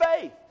faith